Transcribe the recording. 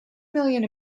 million